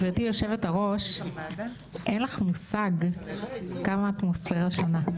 גברתי היושבת-ראש אין לך מושג כמה האטמוספירה שונה,